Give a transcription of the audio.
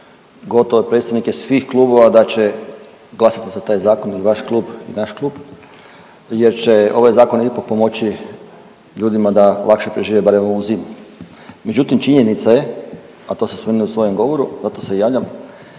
gotovo predstavnike svih klubova da će glasati za taj zakon i vaš klub i naš klub, jer će ovaj zakon ipak pomoći ljudima da lakše prežive barem ovu zimu. Međutim, činjenica je a to sam spomenuo u svojem govoru, zato se i javljam